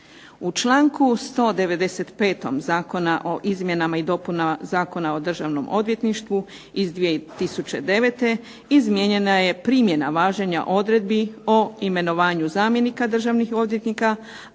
U članku 195. Zakona o izmjenama i dopunama Zakona o Državnom odvjetništvu iz 2009. izmijenjena je primjena važenja odredbi o imenovanju zamjenika državnih odvjetnika,